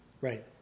right